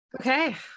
Okay